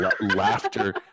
Laughter